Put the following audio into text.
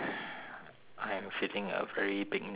I am feeling a very big need to pee